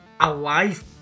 alive